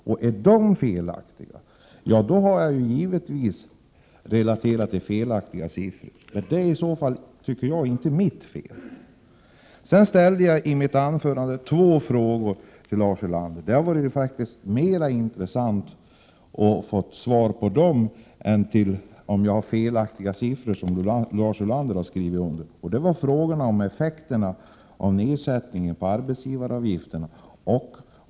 Är de felaktiga har jag givetvis relaterat felaktiga siffror, och det är i så fall inte mitt fel, tycker jag. Sedan ställde jag i mitt anförande två frågor till Lars Ulander. Det hade varit mera intressant att få svar på dem än att höra detta om felaktiga siffror. Jag frågade om effekterna av nedsättningen av arbetsgivaravgifterna.